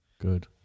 Good